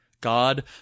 God